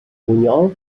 bunyol